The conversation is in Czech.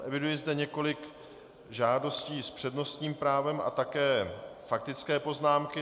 Eviduji zde několik žádostí s přednostním právem a také faktické poznámky.